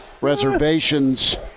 reservations